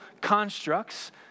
constructs